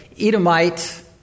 Edomite